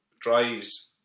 drives